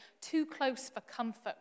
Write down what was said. too-close-for-comfort